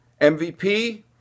MVP